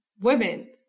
women